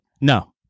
No